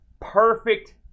perfect